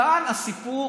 כאן הסיפור,